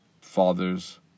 father's